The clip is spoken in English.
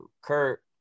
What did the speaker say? Kurt